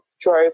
drove